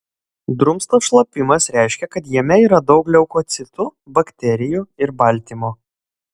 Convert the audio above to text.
drumstas šlapimas reiškia kad jame yra daug leukocitų bakterijų ir baltymo